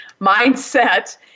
mindset